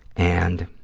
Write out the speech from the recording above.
and